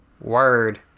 Word